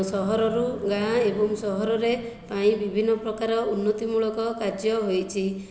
ସହରରୁ ଗାଁ ଏବଂ ସହରରେ ପାଇଁ ବିଭିନ୍ନ ପ୍ରକାର ଉନ୍ନତି ମୂଳକ କାର୍ଯ୍ୟ ହୋଇଛି